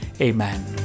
Amen